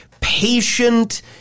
patient